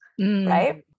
right